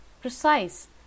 precise